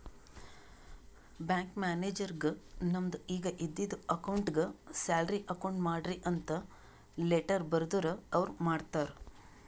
bank ಮ್ಯಾನೇಜರ್ಗ್ ನಮ್ದು ಈಗ ಇದ್ದಿದು ಅಕೌಂಟ್ಗ್ ಸ್ಯಾಲರಿ ಅಕೌಂಟ್ ಮಾಡ್ರಿ ಅಂತ್ ಲೆಟ್ಟರ್ ಬರ್ದುರ್ ಅವ್ರ ಮಾಡ್ತಾರ್